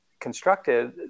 constructed